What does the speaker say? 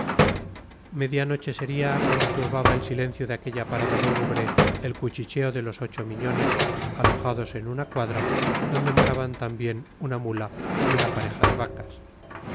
noche sería cuando turbaba el silencio de aquella parada lúgubre el cuchicheo de los ocho miñones alojados en una cuadra donde moraban también una mula y una pareja de vacas